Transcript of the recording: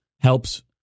helps